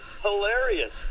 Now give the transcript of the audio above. hilarious